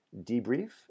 debrief